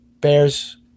Bears